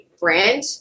brand